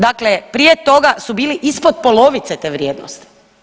Dakle, prije toga su bili ispod polovice te vrijednosti.